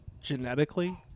genetically